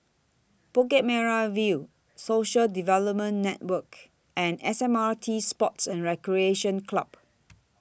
Bukit Merah View Social Development Network and S M R T Sports and Recreation Club